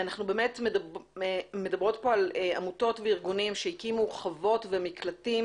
אנחנו מדברים פה על עמותות וארגונים שהקימו חוות ומקלטים